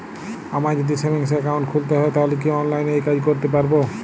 আমায় যদি savings account খুলতে হয় তাহলে কি অনলাইনে এই কাজ করতে পারবো?